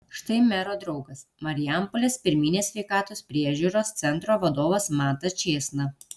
štai mero draugas marijampolės pirminės sveikatos priežiūros centro vadovas mantas čėsna